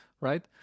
right